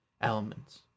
elements